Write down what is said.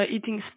Eating